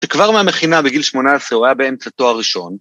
שכבר מהמכינה בגיל 18 הוא היה באמצע תואר ראשון,